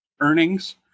earnings